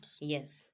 Yes